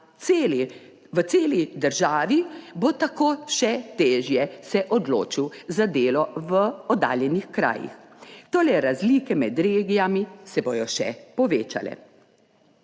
v celi državi, se bo tako še težje odločil za delo v oddaljenih krajih. Torej, razlike med regijami se bodo še povečale.